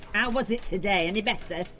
how was it today any better?